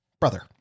Brother